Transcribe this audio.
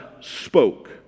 spoke